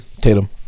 Tatum